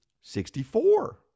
Sixty-four